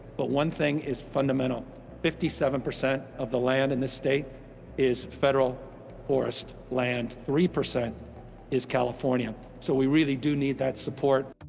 but one thing is fundamental fifty seven percent of the land in this state is federal forest land. three percent is california. so we really do need that support.